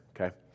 okay